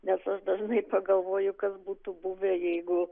nes aš dažnai pagalvoju kas būtų buvę jeigu